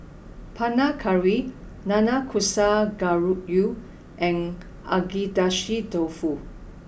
Panang Curry Nanakusa Gayu and Agedashi Dofu